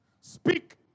speak